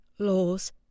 Laws